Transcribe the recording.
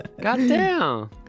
Goddamn